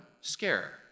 scare